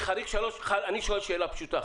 אני שואל שאלה פשוטה.